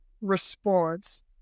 response